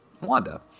Wanda